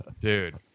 Dude